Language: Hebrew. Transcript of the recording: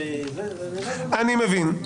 אני מבין.